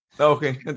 Okay